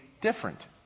different